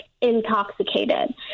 intoxicated